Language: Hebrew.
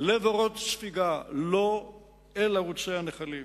לבורות ספיגה, לא אל ערוצי הנחלים.